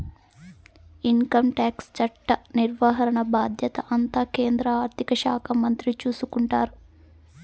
income tax చట్ట నిర్వహణ బాధ్యత అంతా కేంద్ర ఆర్థిక శాఖ మంత్రి చూసుకుంటారు